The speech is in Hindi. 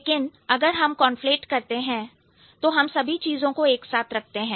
लेकिन अगर हम conflate करते हैं तो हम सभी चीजों को एक साथ रखते हैं